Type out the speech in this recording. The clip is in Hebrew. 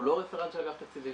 הוא לא רפרנט של אגף תקציבים.